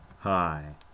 hi